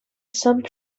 some